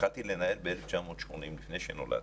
התחלתי לנהל ב-1980 לפני שנולדתם,